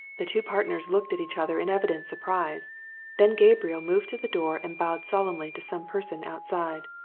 the two partners looked at each other in evident surprise then gabriel moved to the door and bowed solemnly to some person outside.